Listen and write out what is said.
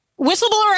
Whistleblower